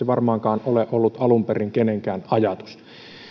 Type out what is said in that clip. varmaankaan ole ollut alun perin kenenkään ajatus